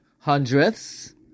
Hundredths